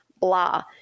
blah